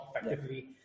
effectively